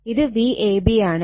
അത് Vab ആണ്